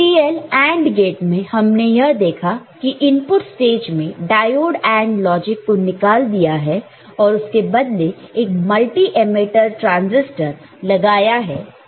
TTL NAND gate में हमने यह देखा इनपुट स्टेज में डायोड AND लॉजिक को निकाल दिया है और उसके बदले एक मल्टी एमिटर ट्रांसिस्टर लगाया है